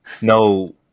no